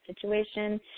situation